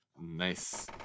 Nice